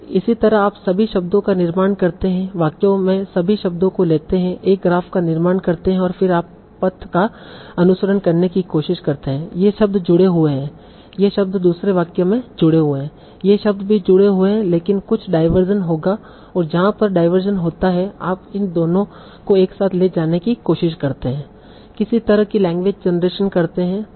तो इसी तरह आप सभी शब्दों का निर्माण करते हैं वाक्यों में सभी शब्दों को लेते हैं एक ग्राफ का निर्माण करते हैं और फिर आप पथ का अनुसरण करने की कोशिश करते हैं ये शब्द जुड़े हुए हैं ये शब्द दूसरे वाक्य में जुड़े हुए हैं ये शब्द भी जुड़े होंगे लेकिन कुछ डायवर्सन होगा और जहाँ पर डायवर्सन होता है आप इन दोनों को एक साथ ले जाने की कोशिश करते हैं किसी तरह की लैंग्वेज जनरेशन करते हैं